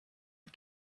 not